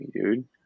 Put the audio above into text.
dude